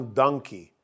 donkey